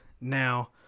Now